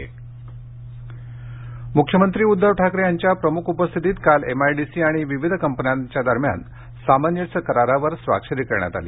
गुंतवणुक मुख्यमंत्री उद्धव ठाकरे यांच्या प्रमुख उपस्थितीत काल एमआयडीसी आणि विविध कपन्यामध्ये सामंजस्य करारावर स्वाक्षरी करण्यात आल्या